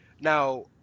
Now